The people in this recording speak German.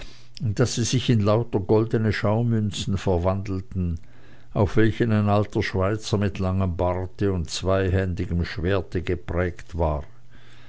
daß sie sich in lauter goldene schaumünzen verwandelten auf welchen ein alter schweizer mit langem barte und zweihändigem schwerte geprägt war